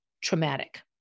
traumatic